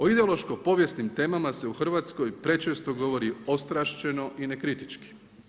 O ideološko-povijesnim temama se u Hrvatskoj prečesto govori ostrašćeno i nekritički.